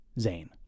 Zane